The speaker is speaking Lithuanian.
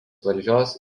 valdžios